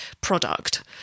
product